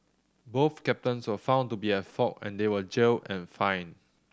both captains were found to be at fault and they were jailed and fined